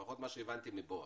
לפחות ממה שהבנתי מבועז,